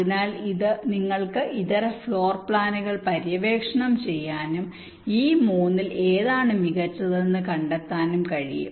അതിനാൽ നിങ്ങൾക്ക് ഇതര ഫ്ലോർ പ്ലാനുകൾ പര്യവേക്ഷണം ചെയ്യാനും ഈ 3 ൽ ഏതാണ് മികച്ചതെന്ന് കണ്ടെത്താനും കഴിയും